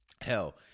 Hell